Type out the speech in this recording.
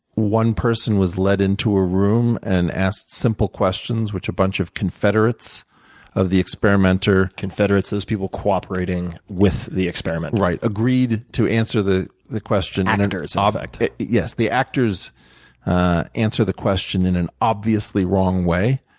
one person was led into a room and asked simple questions, which a bunch of confederates of the experimenter, confederates, those people cooperating with the experiment. right. agreed to answer the the question. and and actor's ah effect. yes. the actors answer the question in an obviously wrong way,